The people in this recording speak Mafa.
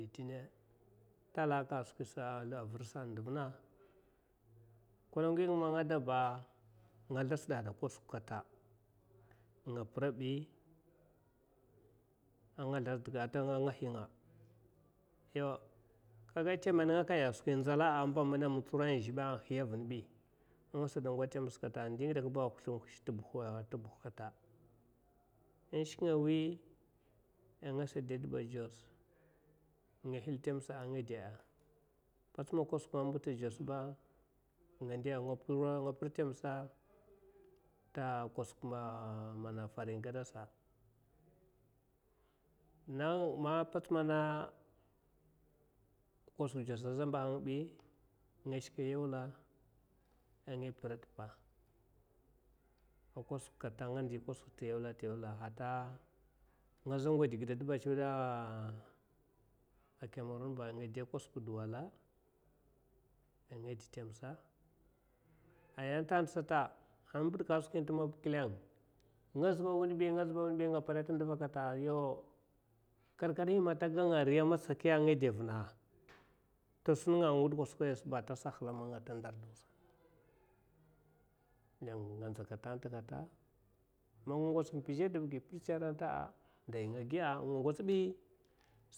Litina, a talaka a skwisa a vidsa a ndivna kwalaingi nga man nga deba nga slda tsda hida a kwasak kata nga sirab a nga sldatsda hid kata a nga hinga yau kaga tama ninga kam skwi in nzala’a a mba ama mutsira a zhiba a hiya vinbi a ngasa ngwats tamsa kata ndi in ngi dakekka a husha hush tubuh kata in shknga wi a ngasa shika dibba jas a nga hil tamsa a nga de pats ma kwasak a mba tijas ba nga da nga pir temsa ta kwasak mana farin gada sa nang man kwasak jos a aza mba ngabi nga shka yola a nga fira t’ppa kwasak kata a nga ndi kwasak t’yola t’yola nga zha ngwad gida tsivida kamerun ba nga de kwasak duwula a nga temse ai a tanta sata in mbidkai skwi inta sata klang nga zibba wunbi nga zibba wunbi nga sada ganga ari a matsika ya anga de vin ate sun nga wudai kwasak waiya saba tasa hala manga ta ndar dawsa kilang nga nza katkata. Nga ngats in pizha dibgi pirtsa rata dai nga giya’a ar wabi.